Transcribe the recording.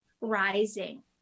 rising